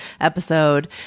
episode